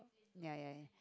ya ya ya